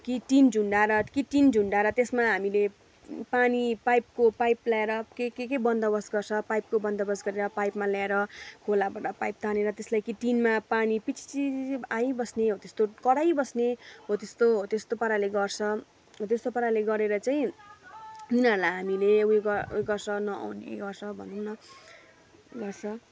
कि टिन झुन्ड्याएर कि टिन झुन्ड्याएर त्यसमा हामीले पानी पाइपको पाइप ल्याएर के के के बन्दोबस्त गर्छ पाइपको बन्दोबस्त गरेर पाइपमा ल्याएर खोलाबाट पाइप तानेर त्यसलाई कि टिनमा पानी पिर्चिर आइबस्ने हो त्यस्तो कराइबस्ने हो त्यस्तो हो त्यस्तो पाराले गर्छ हो त्यस्तो पाराले गरेर चाहिँ तिनीहरूलाई हामीले उयो ग उयो गर्छ न आउने गर्छ भनौँ न गर्छ